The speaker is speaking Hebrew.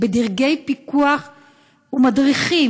בדרגי פיקוח ומדריכים.